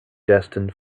destined